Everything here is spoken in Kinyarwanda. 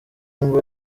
humble